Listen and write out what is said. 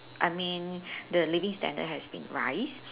I mean the living standard has been rise